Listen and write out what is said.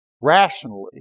rationally